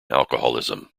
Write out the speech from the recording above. alcoholism